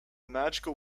magical